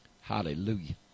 Hallelujah